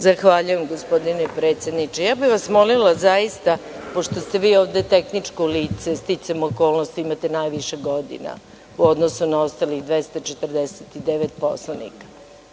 Zahvaljujem gospodine predsedniče. Ja bih vas molila zaista, pošto ste vi ovde tehničko lice, sticajem okolnosti imate najviše godina u odnosu na ostalih 249 poslanika,